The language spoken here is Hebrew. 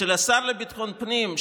של השר לביטחון הפנים,